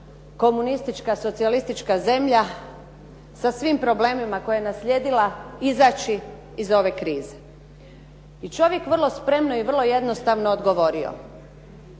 komunistička, socijalistička zemlja sa svim problemima koje je naslijedila izaći iz ove krize? I čovjek vrlo spremno i vrlo jednostavno odgovorio.